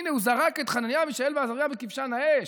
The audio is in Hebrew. הינה, הוא זרק את חנניה, מישאל ועזריה בכבשן האש.